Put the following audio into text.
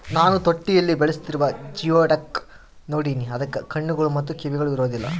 ನಾನು ತೊಟ್ಟಿಯಲ್ಲಿ ಬೆಳೆಸ್ತಿರುವ ಜಿಯೋಡುಕ್ ನೋಡಿನಿ, ಅದಕ್ಕ ಕಣ್ಣುಗಳು ಮತ್ತೆ ಕಿವಿಗಳು ಇರೊದಿಲ್ಲ